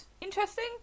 interesting